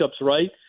right